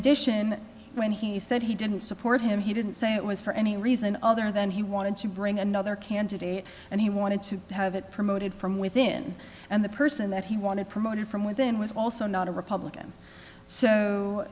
addition when he said he didn't support him he didn't say it was for any reason other than he wanted to bring another candidate and he wanted to have it promoted from within and the person that he wanted promoted from within was also not a republican so